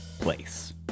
place